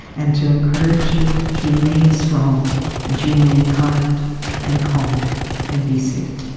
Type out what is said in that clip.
and to encourage you to remain strong and to remain kind and calm and be safe.